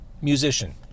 musician